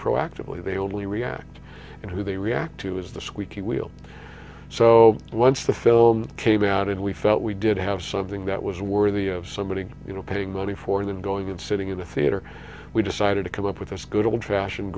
proactively they only react and who they react to is the squeaky wheel so once the film came out and we felt we did have something that was worthy of somebody you know paying money for than going and sitting in the theater we decided to come up with us good old fashioned